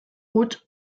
huts